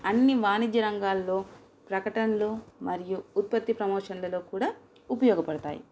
అన్ని వాణిజ్య రంగాల్లో ప్రకటనలు మరియు ఉత్పత్తి ప్రమోషన్లలో కూడా ఉపయోగపడతాయి